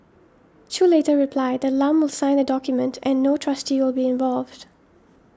Chew later replied that Lam will sign the document and no trustee will be involved